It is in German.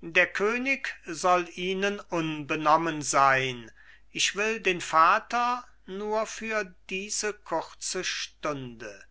der könig soll ihnen unbenommen sein ich will den vater nur für diese kurze stunde